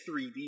3D